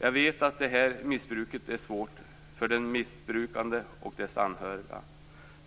Jag vet att det här missbruket är svårt för den missbrukande och dennes anhöriga